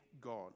God